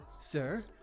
Sir